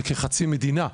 הם מונים כחצי מדינה,